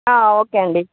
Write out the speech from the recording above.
okay అండి